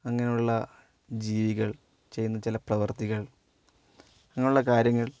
അങ്ങനെയുള്ള ജീവികൾ ചെയ്യുന്ന ചില പ്രവർത്തികൾ ഇങ്ങനെയുള്ള കാര്യങ്ങൾ